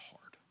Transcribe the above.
hard